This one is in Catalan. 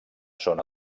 són